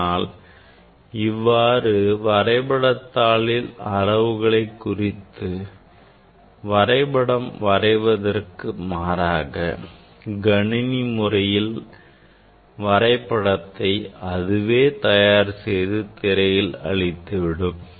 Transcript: ஆனால் இவ்வாறு வரைபடத்தாளில் அளவுகளை குறித்து வரைபடம் வரைவதற்கு மாறாக கணினி முறையில் வரைபடத்தை அதுவே தயார் செய்து திரையில் அளித்துவிடும்